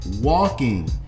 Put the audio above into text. Walking